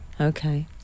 Okay